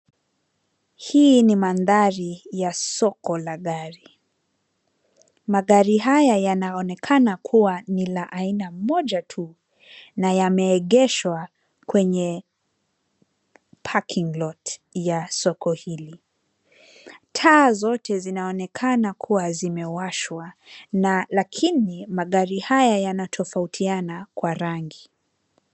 Hii ni mandhari ya soko la gari. Magari haya yanaonekana kuwa ni la aina moja tu na yameegeshwa kwenye parking lot ya soko hili. Taa zote zinaonekana kuwa zimewashwa. Lakini magari haya yanatofautiana kwa rangi.